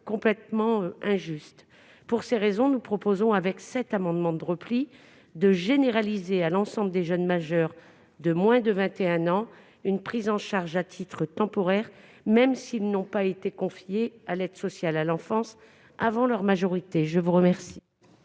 complètement injuste. Pour ces raisons, nous souhaitons, par cet amendement de repli, généraliser à l'ensemble des jeunes majeurs de moins de 21 ans une prise en charge à titre temporaire, même s'ils n'ont pas été confiés à l'aide sociale à l'enfance avant leur majorité. Quel